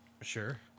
Sure